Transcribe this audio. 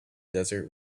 desert